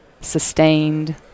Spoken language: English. sustained